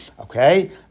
Okay